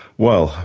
well,